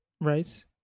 right